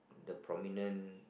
the prominent